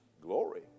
Glory